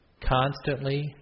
constantly